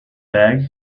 bag